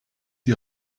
die